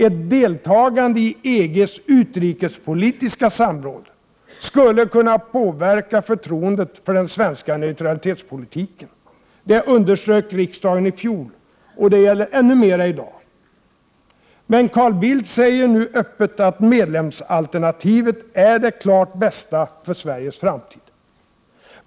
Ett deltagande i EG:s utrikespolitiska samråd skulle kunna påverka förtroendet för den svenska neutralitetspolitiken. Det underströk riksdagen i fjol, och det gäller ännu mer i dag. Men Carl Bildt säger nu öppet att medlemsalternativet är det klart bästa för Sveriges framtid.